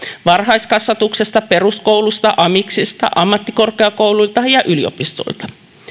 varhaiskasvatuksesta peruskoulusta amiksista ammattikorkeakouluilta ja yliopistoilta